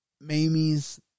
Mamie's